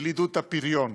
ולעידוד הפריון.